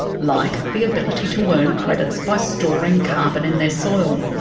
like the ability to earn credits by storing carbon in their soil.